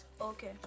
okay